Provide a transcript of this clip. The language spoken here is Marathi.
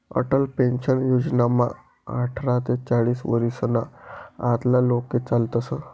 अटल पेन्शन योजनामा आठरा ते चाईस वरीसना आतला लोके चालतस